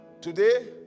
Today